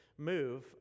move